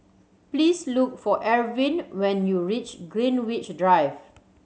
please look for Ervin when you reach Greenwich Drive